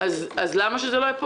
אז למה שזה לא יהיה פה?